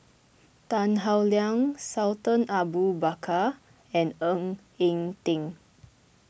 Tan Howe Liang Sultan Abu Bakar and Ng Eng Teng